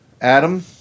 Adam